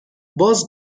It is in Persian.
باز